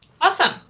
Awesome